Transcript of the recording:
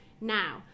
now